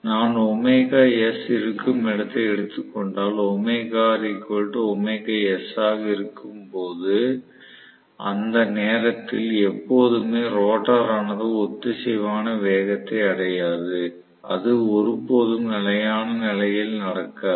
நான் இருக்கும் இடத்தை எடுத்துக் கொண்டால் ஆக இருக்கும்போது அந்த நேரத்தில் எப்போதுமே ரோட்டார் ஆனது ஒத்திசைவான வேகத்தை அடையாது அது ஒருபோதும் நிலையான நிலையில் நடக்காது